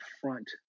front